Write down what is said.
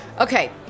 Okay